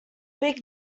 big